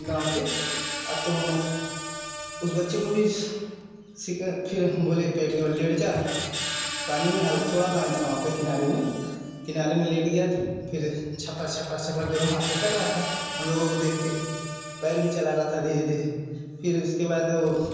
गाँव के अब तो हम उस बच्चे को भी से फिर हम बोले पेट के बल लेट जा पानी में हल थोड़ा पानी था वहाँ पर किनारे में किनारे में लेट गया फिर छपर छपर छपर दोनों हाथ से कर रहा था हम लोगों को देख कर पैर भी चला रहा था धीरे धीरे फिर उसके बाद